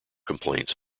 complaints